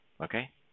Okay